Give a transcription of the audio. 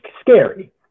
scary